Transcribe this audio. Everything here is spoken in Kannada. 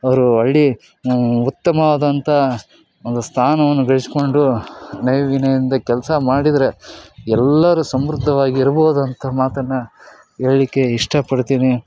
ಅವರು ಒಳ್ಳೆ ಉತ್ತಮವಾದಂಥ ಒಂದು ಸ್ಥಾನವನ್ನು ಗಳಿಸಿಕೊಂಡು ನಯ ವಿನಯದಿಂದ ಕೆಲಸ ಮಾಡಿದರೆ ಎಲ್ಲರೂ ಸಮೃದ್ಧವಾಗಿ ಇರ್ಬೋದಂತ ಮಾತನ್ನು ಹೇಳಲಿಕ್ಕೆ ಇಷ್ಟಪಡ್ತೀನಿ